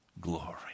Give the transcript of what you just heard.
glory